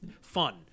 fun